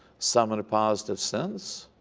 some in a positive sense.